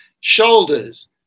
shoulders